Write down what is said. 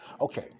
Okay